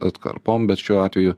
atkarpom bet šiuo atveju